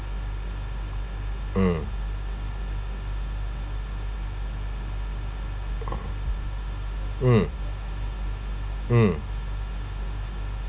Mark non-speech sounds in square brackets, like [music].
mm [breath] mm mm